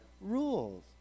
rules